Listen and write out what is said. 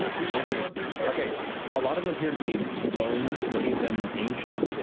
nineteen. okay. a lot of them appear to be bones, many of them ancient, yeah